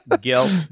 guilt